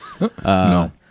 No